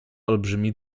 olbrzymi